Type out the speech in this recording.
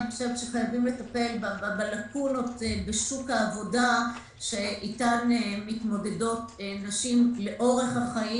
חייבים לטפל בלקונות בשוק העבודה שאתן מתמודדות נשים לאורך חיי